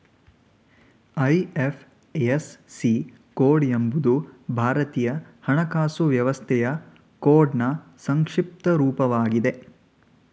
IFSC code ಎಂಬುದು ಭಾರತೀಯ ಹಣಕಾಸು ವ್ಯವಸ್ಥೆಯ ಕೋಡ್ನ್ ಸಂಕ್ಷಿಪ್ತ ರೂಪವಾಗಿದೆ